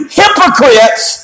hypocrites